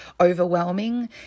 overwhelming